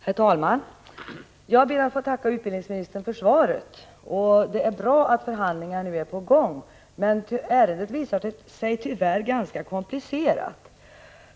Herr talman! Jag ber att få tacka utbildningsministern för svaret. Det är bra att förhandlingar är på gång, men ärendet visar sig tyvärr ganska komplicerat.